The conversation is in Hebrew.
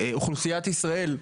אוכלוסיית ישראל,